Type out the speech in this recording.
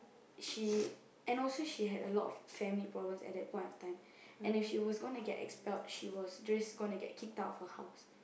she and also she had a lot of family problems at that point of time and if she was gonna get expelled she was just gonna get kicked out of her house